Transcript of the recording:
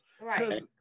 Right